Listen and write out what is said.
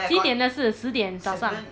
几点的事十点早上